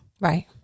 Right